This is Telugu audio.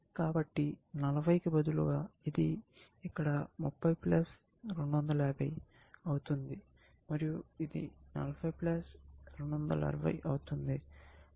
కాబట్టి 40 కి బదులుగా ఇది ఇక్కడ 30 250 అవుతుంది మరియు ఇది 40 260 అవుతుంది ప్లస్ 20 అవుతుంది 60